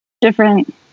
different